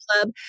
club